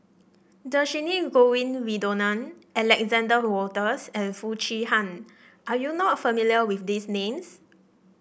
Dhershini Govin Winodan Alexander Wolters and Foo Chee Han are you not familiar with these names